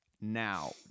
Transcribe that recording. Now